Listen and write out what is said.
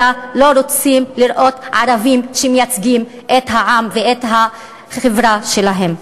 אלא לא רוצים לראות ערבים שמייצגים את העם ואת החברה שלהם.